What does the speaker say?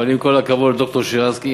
אבל עם כל הכבוד לד"ר שירצקי,